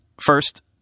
first